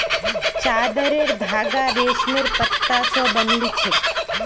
चादरेर धागा रेशमेर पत्ता स बनिल छेक